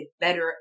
better